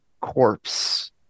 corpse